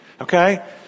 Okay